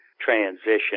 transition